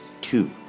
Two